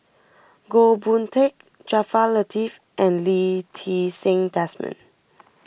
Goh Boon Teck Jaafar Latiff and Lee Ti Seng Desmond